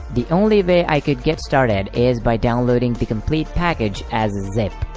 the only way i could get started is by downloading the complete package as zip.